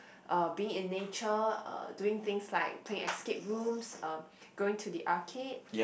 uh being in nature uh doing things like playing escape rooms um going to the arcade